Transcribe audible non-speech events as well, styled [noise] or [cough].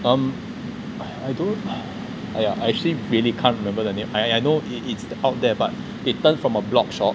um [breath] I don't [breath] !aiya! I actually really can't remember the name I I know it's out there but it turned from a blogshop